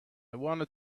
wanted